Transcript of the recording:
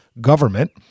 government